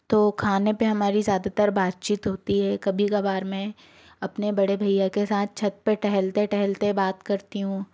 तो खाने पे हमारी ज़्यादातर बातचीत होती है कभी कबार मैं अपने बड़े भैया के साथ छत पे टहलते टहलते बात करती हूँ